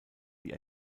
die